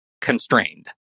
constrained